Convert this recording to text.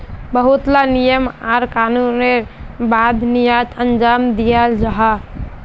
बहुत ला नियम आर कानूनेर बाद निर्यात अंजाम दियाल जाहा